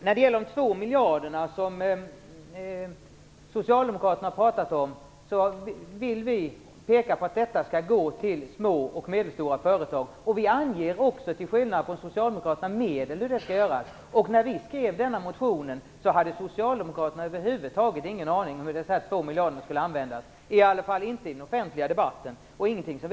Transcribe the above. När det gäller de 2 miljarder som Socialdemokraterna har talat om anser vi att de skall gå till små och medelstora företag, och till skillnad från Socialdemokraterna anger vi också hur detta skall göras. När vi skrev vår motion hade socialdemokraterna över huvud taget ingen aning om hur de 2 miljarderna skulle användas. De nämnde det i alla fall inte i den offentliga debatten eller på något annat sätt.